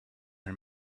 him